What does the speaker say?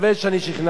תודה רבה לך.